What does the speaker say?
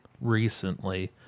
recently